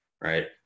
right